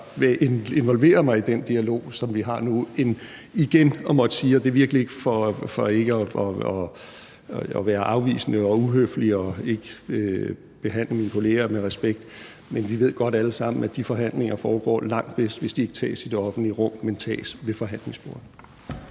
involvere mig i den dialog, som vi har nu, frem for igen at måtte sige – og det er virkelig ikke for at være afvisende og uhøflig og ikke behandle mine kolleger med respekt, men vi ved det jo godt alle sammen – at de forhandlinger foregår langt bedst, hvis de ikke tages i det offentlige rum, men tages ved forhandlingsbordet.